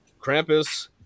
Krampus